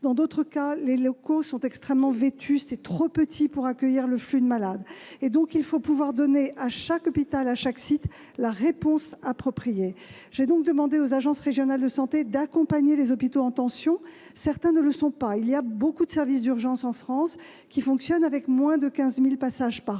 dans d'autres cas encore, les locaux sont extrêmement vétustes et trop petits pour accueillir le flux de malades. Il faut donc pouvoir donner à chaque hôpital, à chaque site, la réponse appropriée. J'ai donc demandé aux agences régionales de santé d'accompagner les hôpitaux en tension. Certains ne le sont pas : il y a beaucoup de services d'urgences en France qui fonctionnent avec moins de 15 000 passages par